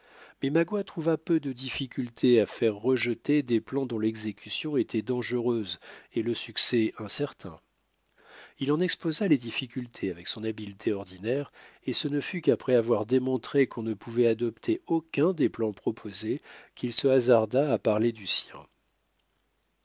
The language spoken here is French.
mais magua trouva peu de difficulté à faire rejeter des plans dont l'exécution était dangereuse et le succès incertain il en exposa les difficultés avec son habileté ordinaire et ce ne fut qu'après avoir démontré qu'on ne pouvait adopter aucun des plans proposés qu'il se hasarda à parler du sien